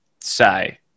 say